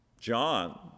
John